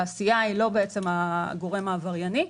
התעשייה היא לא הגורם העברייני,